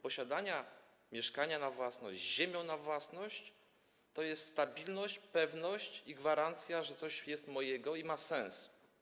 Posiadanie mieszkania na własność z ziemią na własność to jest stabilność, pewność i gwarancja, że coś jest mojego i ma sens.